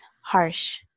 harsh